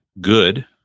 good